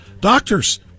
doctors